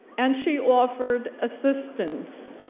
and she offered assistance.